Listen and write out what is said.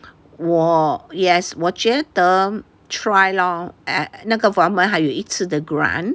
我 yes 我觉得 try lor 那个 government 还有一次的 grant